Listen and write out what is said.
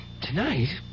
Tonight